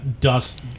dust